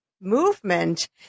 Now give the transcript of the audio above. movement